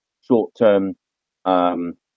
short-term